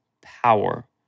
power